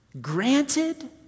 Granted